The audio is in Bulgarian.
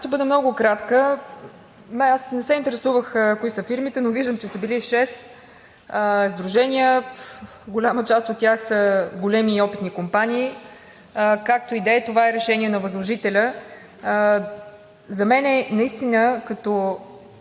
Ще бъда много кратка. Не се интересувах кои са фирмите, но виждам, че са били шест, сдружения – голяма част от тях са големи и опитни компании, както и да е. Това е решение на възложителя. За мен, като